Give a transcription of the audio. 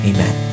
Amen